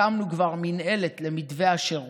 הקמנו כבר מינהלת למתווה השירות,